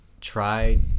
try